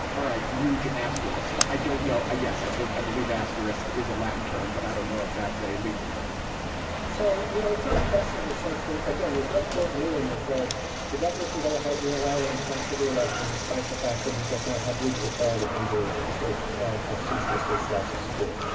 all right. huge asterisk. i don't know. i yes, i think i believe asterisk is a latin term, but i don't know if that's a legal term so, you know, it's not oppressive in the sense that, again, there's no court ruling that says the governor can go ahead unilaterally and cancel the election, despite the fact that he does not have legal authority under the state constitution or state statutes to do it.